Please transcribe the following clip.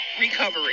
recovery